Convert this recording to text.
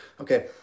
Okay